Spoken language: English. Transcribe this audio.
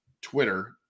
Twitter